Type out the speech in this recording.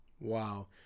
Wow